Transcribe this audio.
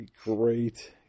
Great